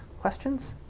Questions